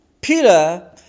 Peter